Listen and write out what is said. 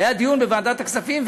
והיה דיון בוועדת הכספים,